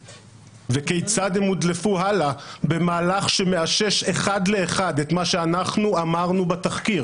וכיצד הם הודלפו הלאה במהלך שמאשש אחד לאחד את מה שאנחנו אמרנו בתחקיר.